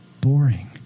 boring